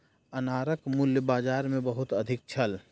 अनारक मूल्य बाजार मे बहुत अधिक छल